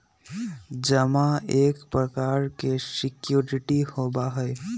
जमा एक प्रकार के सिक्योरिटी होबा हई